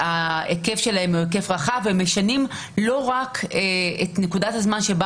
ההיקף שלהן הוא היקף רחב והם משנים לא רק את נקודת הזמן שבה